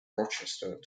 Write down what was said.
rochester